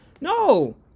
No